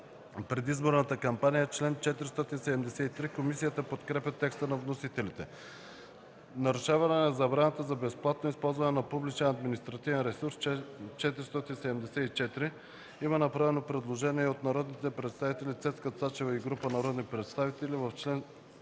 предизборната кампания” – чл. 473. Комисията подкрепя текста на вносителите. „Нарушаване на забраната за безплатно използване на публичен административен ресурс” – чл. 474. Има предложение от народния представител Цецка Цачева и група народни представители.